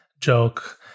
joke